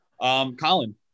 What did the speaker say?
Colin